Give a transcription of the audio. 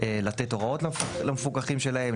לתת הוראות למפוקחים שלהם,